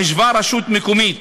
חישבה רשות מקומית,